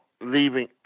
leaving